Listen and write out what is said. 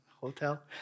hotel